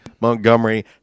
Montgomery